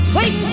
Wait